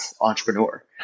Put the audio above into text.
Entrepreneur